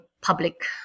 public